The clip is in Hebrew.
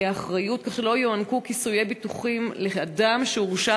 האחראיות כך שלא יוענקו כיסויי ביטוחים לאדם שהורשע